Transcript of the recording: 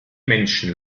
menschen